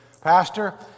Pastor